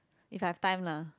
if I have time lah